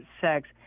sex